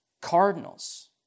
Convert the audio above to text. cardinals